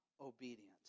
obedient